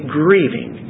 grieving